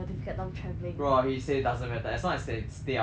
bro he say it doesn't matter as long as he can stay out ah he's good